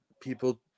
people